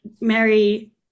mary